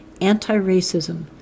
anti-racism